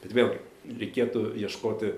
bet vėlgi reikėtų ieškoti